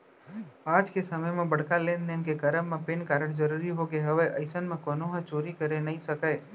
आज के समे म बड़का लेन देन के करब म पेन कारड जरुरी होगे हवय अइसन म कोनो ह चोरी करे नइ सकय